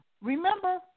Remember